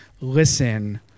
listen